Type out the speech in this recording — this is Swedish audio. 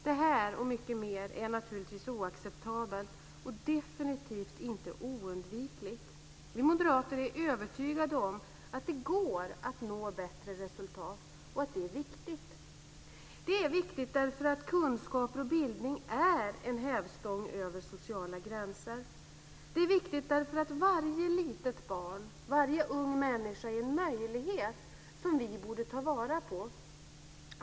Det här, och mycket mer, är naturligtvis oacceptabelt och definitivt inte oundvikligt. Vi moderater är övertygade om att det går att nå bättre resultat, och att det är viktigt. Det är viktigt därför att kunskap och bildning är en hävstång över sociala gränser. Det är viktigt därför att varje litet barn, varje ung människa, är en möjlighet som vi borde ta vara på.